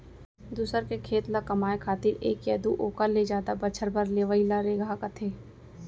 दूसर के खेत ल कमाए खातिर एक दू या ओकर ले जादा बछर बर लेवइ ल रेगहा कथें